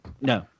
No